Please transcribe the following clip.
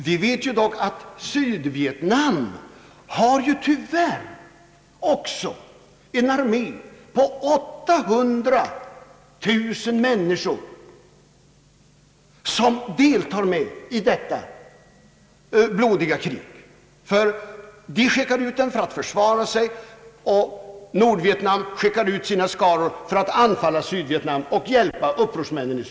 Vi vet ju dock att Sydvietnam tyvärr också har en armé på 800 000 människor, som deltar i detta blodiga krig. De är utskickade för att försvara sig, och Nordvietnam skickar ut sina skaror för att anfalla Sydvietnam och hjälpa upprorsmännen där.